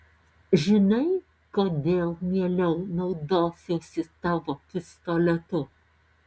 žinai kodėl mieliau naudosiuosi tavo pistoletu